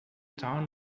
town